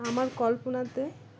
আমার কল্পনাতে